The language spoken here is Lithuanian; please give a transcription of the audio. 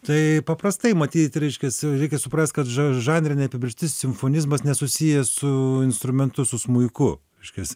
tai paprastai matyt reiškiasi reikia suprast kad žanrinė apibrėžtis simfonizmas nesusiję su instrumentu su smuiku reiškias